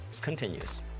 continues